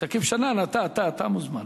שכיב שנאן, אתה, אתה, אתה מוזמן.